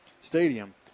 Stadium